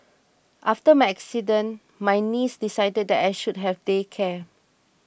after my accident my niece decided that I should have day care